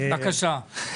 בבקשה.